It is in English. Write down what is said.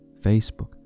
Facebook